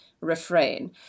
refrain